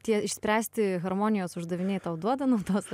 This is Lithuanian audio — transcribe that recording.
tie išspręsti harmonijos uždaviniai tau duoda naudos